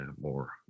more